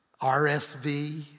RSV